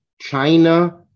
China